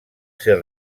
ser